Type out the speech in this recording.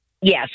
Yes